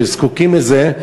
שזקוקים לזה,